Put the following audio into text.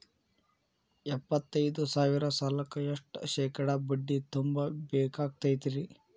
ಎಪ್ಪತ್ತೈದು ಸಾವಿರ ಸಾಲಕ್ಕ ಎಷ್ಟ ಶೇಕಡಾ ಬಡ್ಡಿ ತುಂಬ ಬೇಕಾಕ್ತೈತ್ರಿ?